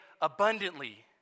abundantly